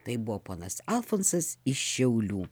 tai buvo ponas alfonsas iš šiaulių